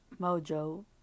mojo